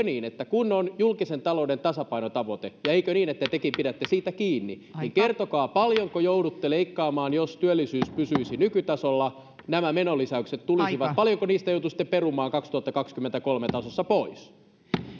niin että on julkisen talouden tasapainotavoite olemassa ja eikö niin että tekin pidätte siitä kiinni kertokaa paljonko joudutte leikkaamaan jos työllisyys pysyisi nykytasolla ja nämä menolisäykset tulisivat paljonko niistä joutuisitte perumaan vuoden kaksituhattakaksikymmentäkolme tasossa pois